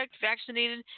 vaccinated